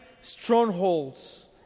strongholds